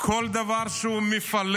כל דבר מפלג,